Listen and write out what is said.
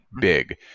big